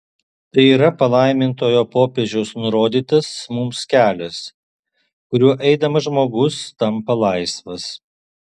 tai yra palaimintojo popiežiaus nurodytas mums kelias kuriuo eidamas žmogus tampa laisvas